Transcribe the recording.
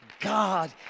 God